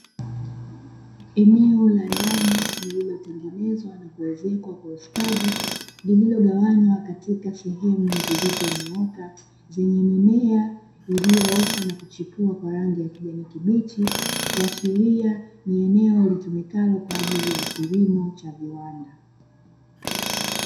Eneo la ndani lililotengenezwa na kuezekwa kwa ustadi lililogawanywa katika sehemu zilizonyooka zenye mimea iliyoota na kuchipua kwa rangi ya kijani kibichi kuashiria ni eneo litumikalo kwaajili ya kilimo cha viwanda.